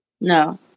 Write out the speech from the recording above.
No